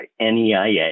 NEIA